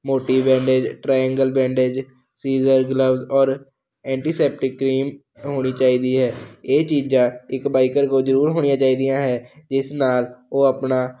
ਮੋਟੀ bandage triangle bandage scissor glove ਔਰ antiseptic cream ਹੋਣੀ ਚਾਹੀਦੀ ਹੈ ਇਹ ਚੀਜ਼ਾਂ ਇੱਕ ਬਾਈਕਰ ਕੋਲ ਜ਼ਰੂਰ ਹੋਣੀਆਂ ਚਾਹੀਦੀਆਂ ਹੈ ਜਿਸ ਨਾਲ ਉਹ ਆਪਣਾ